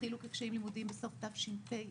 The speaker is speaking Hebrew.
התחילו כקשיים לימודיים בסוף תש"ף,